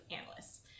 analysts